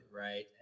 Right